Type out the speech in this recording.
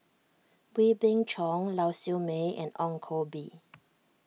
Wee Beng Chong Lau Siew Mei and Ong Koh Bee